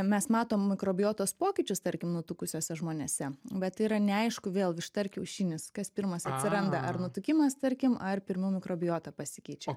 mes matom mikrobiotos pokyčius tarkim nutukusiuose žmonėse bet yra neaišku vėl višta ar kiaušinis kas pirmas atsiranda ar nutukimas tarkim ar pirmiau mikrobiota pasikeičia